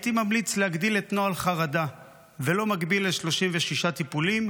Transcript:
הייתי ממליץ להגדיל את נוהל חרדה ולא להגביל ל-36 טיפולים,